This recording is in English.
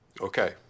Okay